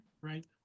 right